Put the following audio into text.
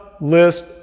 list